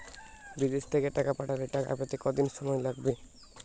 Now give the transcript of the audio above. বিদেশ থেকে টাকা পাঠালে টাকা পেতে কদিন সময় লাগবে?